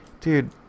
dude